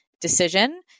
decision